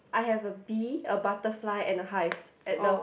I have a bee a butterfly and hive at the